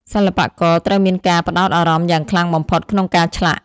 សិល្បករត្រូវមានការផ្តោតអារម្មណ៍យ៉ាងខ្លាំងបំផុតក្នុងការឆ្លាក់។